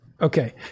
Okay